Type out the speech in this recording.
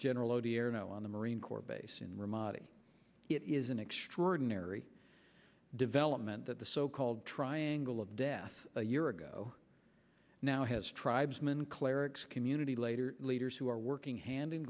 general odierno on the marine corps base in ramadi it is an extraordinary development that the so called triangle of death a year ago now has tribesmen clerics community later leaders who are working hand in